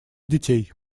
детей